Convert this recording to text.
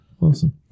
Awesome